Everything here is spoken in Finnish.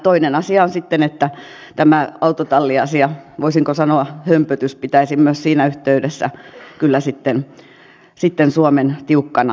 toinen asia on sitten tämä autotalliasia voisinko sanoa hömpötys joka pitäisi myös siinä yhteydessä kyllä sitten suomen tiukkana valvoa